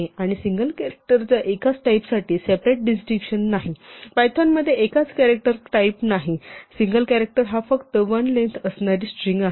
आणि सिंगल कॅरॅक्टरच्या एकाच टाईप साठी सेपरेट डिस्टिंक्शन नाही पायथॉन मध्ये एकच कॅरॅक्टर टाईप नाही सिंगल कॅरॅक्टर हा फक्त 1 लेंग्थ असणारी स्ट्रिंग आहे